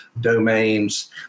domains